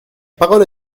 parole